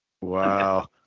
Wow